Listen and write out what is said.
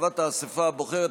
הרחבת האספה הבוחרת),